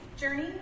journey